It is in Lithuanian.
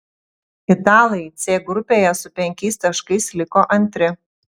italai c grupėje su penkiais taškais liko antri